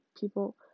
people